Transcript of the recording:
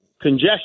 congestion